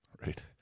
Right